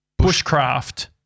Bushcraft-